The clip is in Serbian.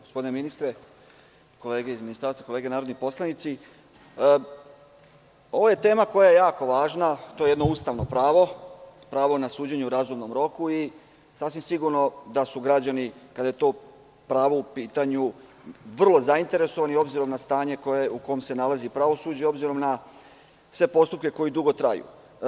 Gospodine ministre, kolege iz ministarstva, kolege narodni poslanici, ovo je tema koja je jako važna, to je jedno ustavno pravo, pravo na suđenje u razumnom roku i sasvim je sigurno da su građani, kada je to pravo u pitanju, vrlo zainteresovani, obzirom na stanje u kome se nalazi pravosuđe, obzirom na sve postupke koji dugo traju.